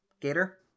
Gator